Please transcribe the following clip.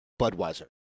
Budweiser